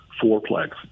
four-plex